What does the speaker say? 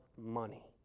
money